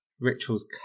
Ritual's